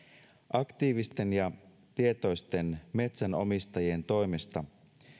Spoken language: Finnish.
aktiivisten ja tietoisten metsänomistajien toimesta